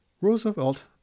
Roosevelt